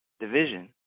division